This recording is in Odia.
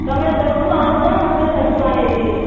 ତମେ ଯେଉଁଠୁ ଆଣୁଛ ମୁଁ ବି ସେଠୁ ଆଣିବି